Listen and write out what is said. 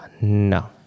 No